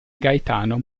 gaetano